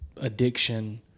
addiction